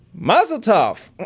mazel tov!